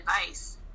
advice